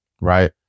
right